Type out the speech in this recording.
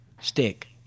Stick